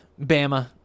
Bama